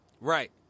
Right